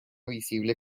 visible